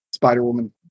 Spider-Woman